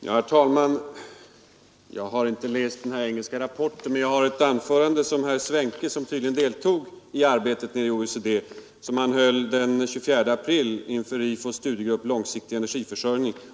Herr talman! Jag har inte läst den engelskspråkiga rapporten, men jag har här ett anförande som herr Svenke — som tydligen deltog i arbetet i OECD =— höll den 24 april inför RIFO:s studiegrupp ”Långsiktig energiförsörjning”.